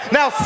Now